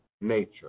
nature